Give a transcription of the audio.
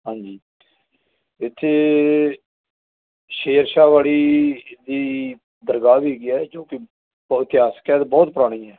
ਹਾਂਜੀ ਇੱਥੇ ਸ਼ੇਰ ਸ਼ਾਹ ਵਾੜੀ ਦੀ ਦਰਗਾਹ ਵੀ ਹੈਗੀ ਹੈ ਜੋ ਕਿ ਬਹੁਤ ਇਤਿਹਾਸਿਕ ਹੈ ਅਤੇ ਬਹੁਤ ਪੁਰਾਣੀ ਹੈ